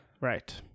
Right